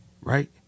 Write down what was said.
right